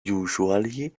usually